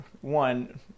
one